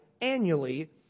annually